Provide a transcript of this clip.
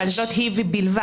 אבל זאת היא ובלבד.